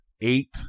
eight